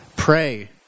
Pray